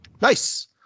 Nice